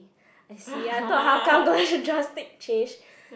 I see I thought how come got such drastic change